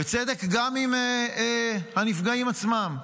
וצדק גם עם הנפגעים עצמם.